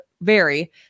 vary